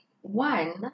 One